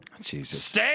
Jesus